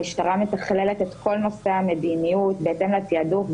המשטרה מתכללת את כל נושא המדיניות בהתאם לתעדוף,